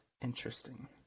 interesting